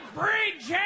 bridge